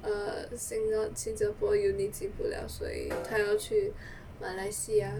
err singa~ 新加坡 uni 进不了所以他要去马来西亚